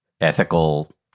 ethical